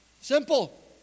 Simple